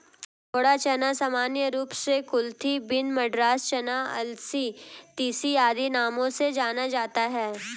घोड़ा चना सामान्य रूप से कुलथी बीन, मद्रास चना, अलसी, तीसी आदि नामों से जाना जाता है